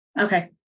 Okay